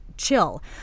chill